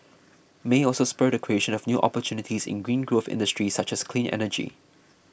may also spur the creation of new opportunities in green growth industries such as clean energy